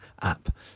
app